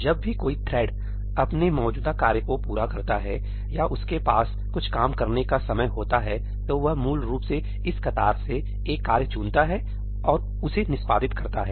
जब भी कोई थ्रेड अपने मौजूदा कार्य को पूरा करता है या उसके पास कुछ काम करने का समय होता है तो वह मूल रूप से इस कतार से एक कार्य चुनता है और उसे निष्पादित करता है